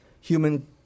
human